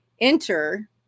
Enter